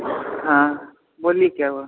हाँ बोलिए क्या हुआ